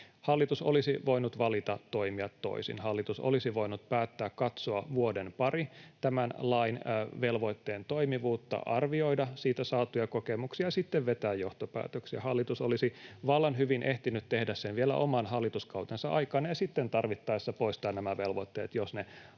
Hallitus olisi voinut valita toimia toisin. Hallitus olisi voinut päättää katsoa vuoden pari tämän lain velvoitteen toimivuutta, arvioida siitä saatuja kokemuksia ja sitten vetää johtopäätöksiä. Hallitus olisi vallan hyvin ehtinyt tehdä sen vielä oman hallituskautensa aikana ja sitten tarvittaessa poistaa nämä velvoitteet,